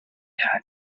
had